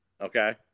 Okay